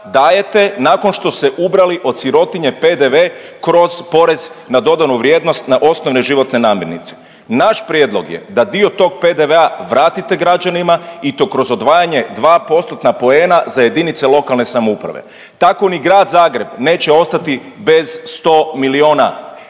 dajete nakon što ste ubrali od sirotinje PDV kroz porez na dodanu vrijednost na osnovne životne namirnice. Naš prijedlog je da dio tog PDV-a vratite građanima i to kroz odvajanje 2 postotna poena za jedinice lokalne samouprave. Tako ni Grad Zagreb neće ostati bez 100 miliona